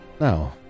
no